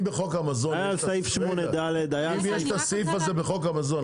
אם יש את הסעיף הזה בחוק המזון,